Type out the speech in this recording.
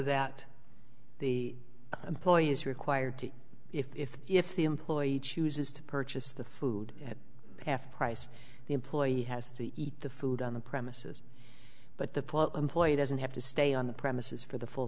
at the employee is required to if the employee chooses to purchase the food at half price the employee has to eat the food on the premises but the employed doesn't have to stay on the premises for the full